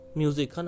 music